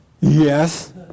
Yes